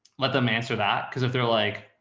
let them answer that. cause if they're like,